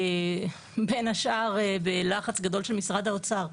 בין השאר בלחץ גדול של משרד האוצר,